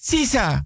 Sisa